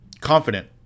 Confident